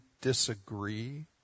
disagree